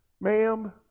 ma'am